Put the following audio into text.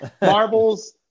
marbles